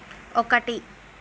ఒకటి